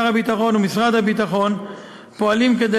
שר הביטחון ומשרד הביטחון פועלים כדי